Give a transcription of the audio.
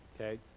okay